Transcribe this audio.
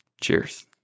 cheers